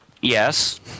Yes